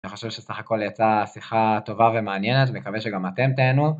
אני חושב שסך הכל יצאה שיחה טובה ומעניינת, אני מקווה שגם אתם תהנו.